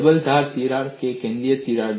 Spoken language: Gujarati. ડબલ ધાર તિરાડ કે કેન્દ્ર તિરાડ